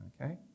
Okay